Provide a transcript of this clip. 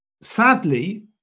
sadly